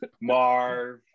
marv